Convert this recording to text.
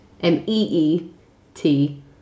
M-E-E-T